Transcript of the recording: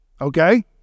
okay